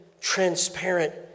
transparent